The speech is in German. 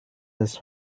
das